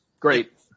Great